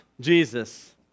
Jesus